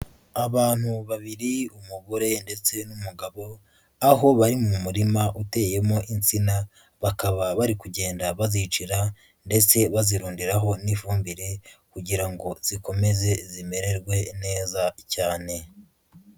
Abantu babiri umugore ndetse n'umugabo, aho bari mu murima uteyemo itsina, bakaba bari kugenda bazicyira ndetse bazirundiraho n'ifumbire, kugira ngo zikomeze zimererwe neza cyane.